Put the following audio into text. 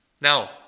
Now